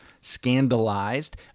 scandalized